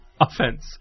offense